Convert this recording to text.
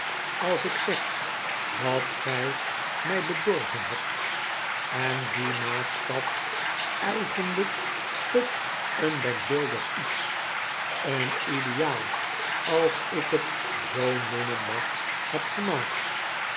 als ik zeg dat gij mij bedorven hebt en dien maatstaf eigenlijk tot een denkbeeldig lets een ideaal als ik het zoo noemen mag hebt gemaakt